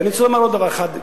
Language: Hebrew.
ואני רוצה לומר עוד דבר אחד,